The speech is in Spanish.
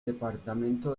departamento